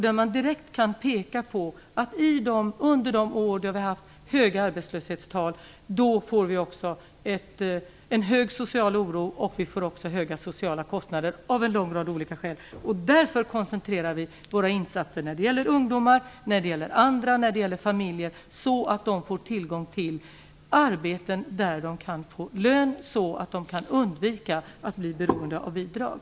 Man kan direkt peka på att under år med höga arbetslöshetstal blir det också en stor social oro och höga sociala kostnader av en lång rad olika skäl. Därför koncentrerar vi våra insatser på att ge ungdomar, familjer och andra tillgång till arbeten där de kan få lön så att de kan undvika att bli beroende av bidrag.